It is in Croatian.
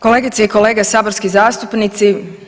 Kolegice i kolege saborski zastupnici.